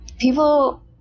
People